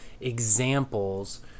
examples